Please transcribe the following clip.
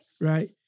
right